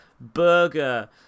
burger